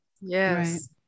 yes